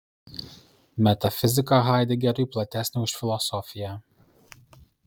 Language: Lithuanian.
metafizika haidegeriui platesnė už filosofiją